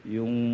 Yung